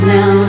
Now